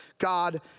God